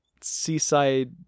seaside